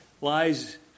lies